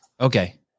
Okay